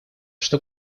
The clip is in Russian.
что